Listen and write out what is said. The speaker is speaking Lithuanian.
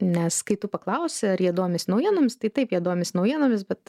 nes kai tu paklausi ar jie domisi naujienomis tai taip jie domisi naujienomis bet